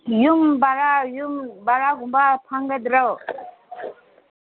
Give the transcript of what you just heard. ꯌꯨꯝ ꯚꯔꯥ ꯌꯨꯝ ꯚꯔꯥꯒꯨꯝꯕ ꯐꯪꯒꯗ꯭ꯔꯣ